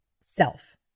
self